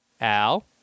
Al